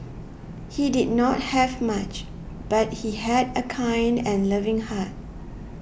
he did not have much but he had a kind and loving heart